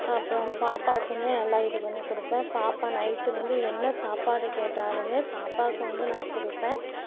அப்புறம் பாப்பாக்குமே நல்லா இது பண்ணி கொடுப்பேன் பாப்பா நைட்டு வந்து என்ன சாப்பாடு கேட்டாலுமே பாப்பாக்கு வந்து நான் கொடுப்பேன்